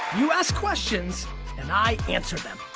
you ask questions and i answer them.